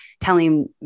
telling